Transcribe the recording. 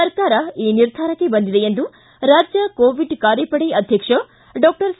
ಸರಕಾರ ಈ ನಿರ್ಧಾರಕ್ಕೆ ಬಂದಿದೆ ಎಂದು ರಾಜ್ಯ ಕೋವಿಡ್ ಕಾರ್ಯಪಡೆ ಅಧ್ಯಕ್ಷ ಡಾಕ್ಟರ್ ಸಿ